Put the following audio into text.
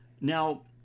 Now